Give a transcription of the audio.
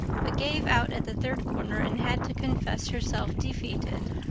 but gave out at the third corner and had to confess herself defeated.